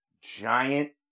giant